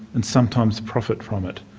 and sometimes profit from it.